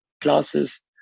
classes